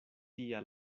tia